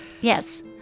yes